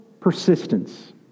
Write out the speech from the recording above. persistence